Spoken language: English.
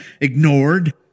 ignored